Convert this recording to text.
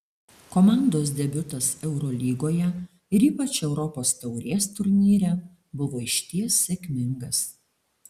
komandos debiutas eurolygoje ir ypač europos taurės turnyre buvo išties sėkmingas